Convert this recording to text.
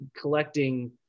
collecting